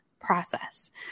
process